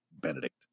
Benedict